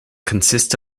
consist